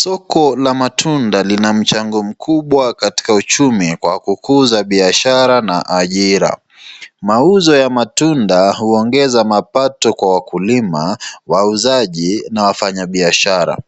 Soko la matunda lina mchango mkubwa katika uchumi kwa kukuza biashara na ajira. Mauzo ya matunda huongeza mapato kwa wakulima, wauzaji na wafanyabiashara.